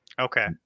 Okay